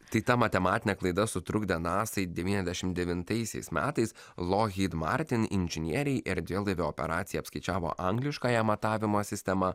tai ta matematinė klaida sutrukdė nasaai devyniasdešimt devintaisiais metais lockheed martin inžinieriai erdvėlaivio operaciją apskaičiavo angliškąją matavimo sistema